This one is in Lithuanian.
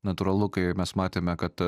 natūralu kai mes matėme kad